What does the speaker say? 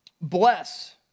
bless